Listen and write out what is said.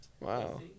Wow